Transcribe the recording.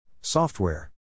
Software